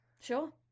Sure